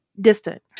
distant